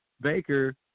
Baker